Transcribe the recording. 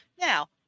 now